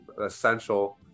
essential